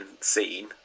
seen